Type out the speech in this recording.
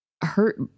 hurt